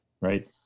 right